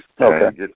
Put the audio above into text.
Okay